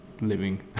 living